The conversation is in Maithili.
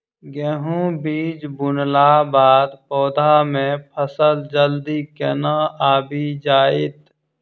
गेंहूँ बीज बुनला बाद पौधा मे फसल जल्दी केना आबि जाइत?